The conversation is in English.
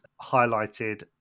highlighted